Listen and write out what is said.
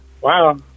Wow